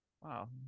Wow